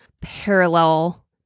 parallel